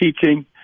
teaching